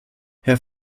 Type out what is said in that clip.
herr